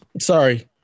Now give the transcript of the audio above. Sorry